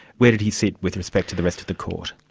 where did he sit with respect to the rest of the court?